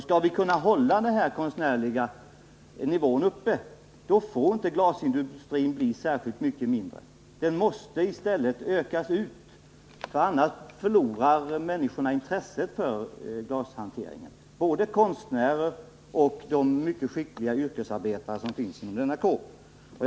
Skall vi kunna upprätthålla dess konstnärliga nivå får glasindustrin inte bli särskilt mycket mindre än vad den är nu. Den måste i stället ökas ut, eftersom människorna annars kommer att förlora intresset för glashanteringen. Detta gäller både konstnärerna och de mycket skickliga yrkesarbetare som finns inom glasindustrin.